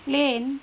plane